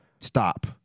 Stop